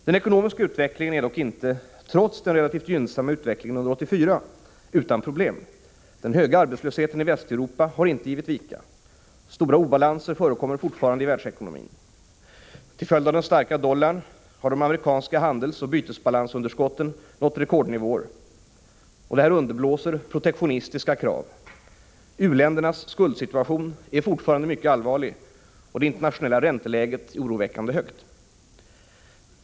Den ekonomiska utvecklingen är dock inte — trots den relativt gynnsamma utvecklingen under år 1984 — utan problem. Den höga arbetslösheten i Västeuropa har inte givit vika. Stora obalanser förekommer fortfarande i världsekonomin. Till följd av den starka dollarn har de amerikanska handelsoch bytesbalansunderskotten nått rekordnivåer. Detta underblåser protektionistiska krav. U-ländernas skuldsituation är fortfarande mycket allvarlig, och det internationella ränteläget är oroväckande högt.